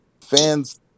Fans